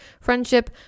friendship